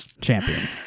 champion